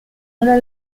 una